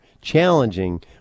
challenging